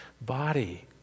body